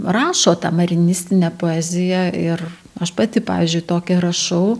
rašo tą marinistinę poeziją ir aš pati pavyzdžiui tokią rašau